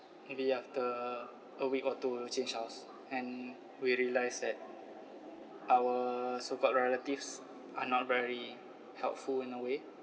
maybe after a week or two change house and we realised that our so called relatives are not very helpful in a way